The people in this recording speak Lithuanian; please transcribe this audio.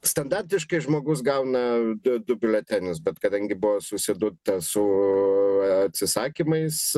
standartiškai žmogus gauna du du biuletenius bet kadangi buvo susidurta su atsisakymais